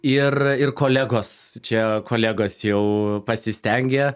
ir ir kolegos čia kolegos jau pasistengė